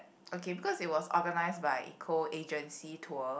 okay because it was organised by eco agency tour